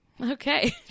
Okay